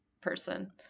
person